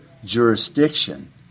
Jurisdiction